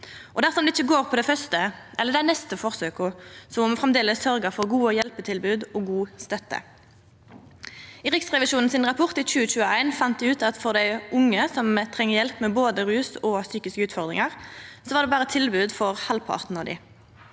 Dersom det ikkje går på det første eller dei neste forsøka, må me framleis sørgja for gode hjelpetilbod og god støtte. I Riksrevisjonens rapport frå 2021 fann dei ut at for dei unge som trong hjelp med både rus og psykiske utfordringar, var det berre tilbod for halvparten av dei.